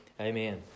Amen